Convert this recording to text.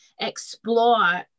explore